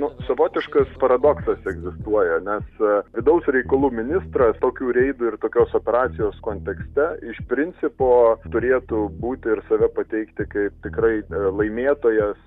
nu savotiškas paradoksas egzistuoja nes vidaus reikalų ministras tokių reidų ir tokios operacijos kontekste iš principo turėtų būti ir save pateikti kaip tikrai laimėtojas